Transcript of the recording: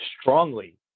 strongly